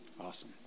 Awesome